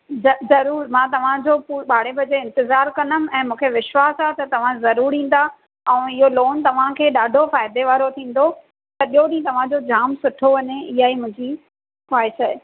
ज ज़रूरु मां तव्हांजो ॿारहें बजे इंतज़ार कंदमि ऐं मूंखे विश्वास आहे त तव्हां ज़रूरु ईंदा ऐं इहो लोन तव्हांखे ॾाढो फ़ाइदे वारो थींदो सॼो ॾींहुं तव्हांजो जाम सुठो वञे इअं ई मुंहिंजी ख़्वाइश आहे